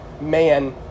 man